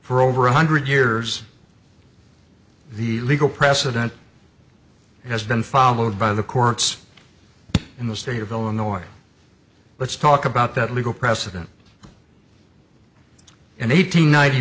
for over one hundred years the legal precedent has been followed by the courts in the state of illinois let's talk about that legal precedent and eight hundred ninety